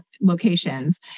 locations